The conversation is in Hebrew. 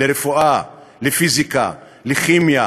לרפואה, לפיזיקה, לכימיה,